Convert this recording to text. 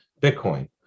Bitcoin